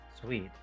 Sweet